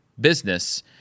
business